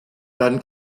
dann